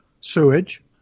Sewage